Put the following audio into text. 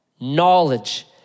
knowledge